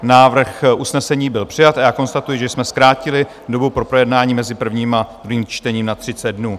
Návrh usnesení byl přijat a já konstatuji, že jsme zkrátili dobu pro projednání mezi prvním a druhým čtením na 30 dnů.